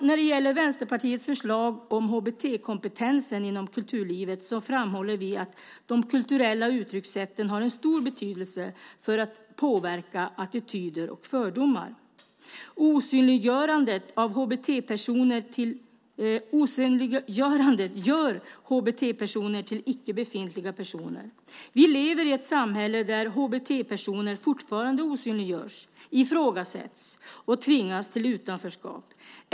När det gäller Vänsterpartiets förslag om HBT-kompetensen inom kulturlivet framhåller vi att de kulturella uttryckssätten har en stor betydelse för att påverka attityder och fördomar. Osynliggörandet gör HBT-personer till icke befintliga personer. Vi lever i ett samhälle där HBT-personer fortfarande osynliggörs, ifrågasätts och tvingas till utanförskap.